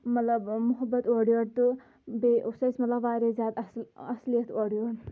مطلب محبت اورٕ یورٕ تہٕ بیٚیہِ اوس اَسہِ مطلب واریاہ زیادٕ اَصل اَصلِیت اورٕ یورٕ